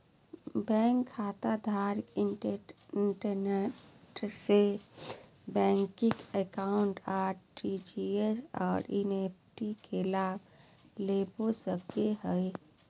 bank खाताधारक internet से net banking account, RTGS और एन.इ.एफ.टी के लाभ ले सको हइ